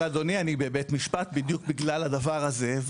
אבל אדוני, אני בבית משפט בדיוק בגלל הדבר הזה.